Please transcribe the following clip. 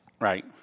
Right